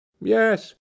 yes